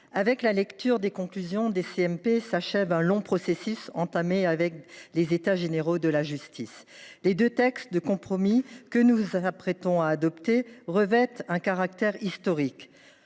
avec la lecture des conclusions des commissions mixtes paritaires s’achève un long processus entamé avec les États généraux de la justice. Les deux textes de compromis que nous nous apprêtons à adopter revêtent un caractère historique